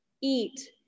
eat